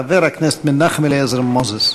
חבר הכנסת מנחם אליעזר מוזס.